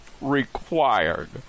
required